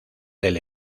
del